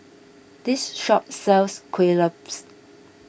this shop sells Kuih Lopes